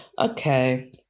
Okay